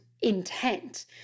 intent